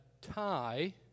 tie